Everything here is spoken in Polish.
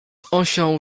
osioł